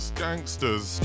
gangsters